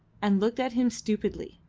and looked at him stupidly.